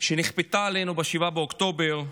שנכפתה עלינו ב-7 באוקטובר,